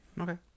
Okay